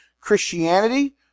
Christianity